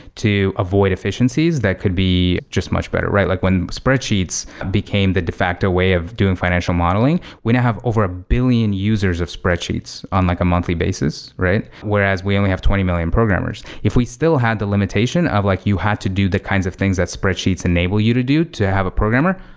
to avoid efficiencies that could be just much better. like when spreadsheets became the de facto way of doing financial modeling, when you have over a billion users of spreadsheets on like a monthly basis, right? whereas we only have twenty million programmers. if we still had the limitation of like you had to do the kinds of things that spreadsheets enable you to do to have a programmer,